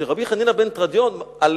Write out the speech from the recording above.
שרבי חנינא בן תרדיון, על